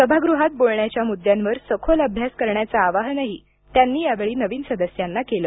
सभागृहात बोलण्याच्या मुद्द्यांवर सखोल अभ्यास करण्याचं आवाहनही त्यांनी यावेळी नवीन सदस्यांना केलं